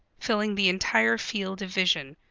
filling the entire field of vision,